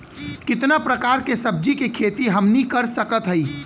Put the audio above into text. कितना प्रकार के सब्जी के खेती हमनी कर सकत हई?